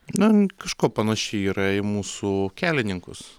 na kažkuo panaši yra į mūsų kelininkus